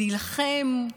להילחם,